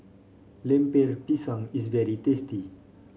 Lemper Pisang is very tasty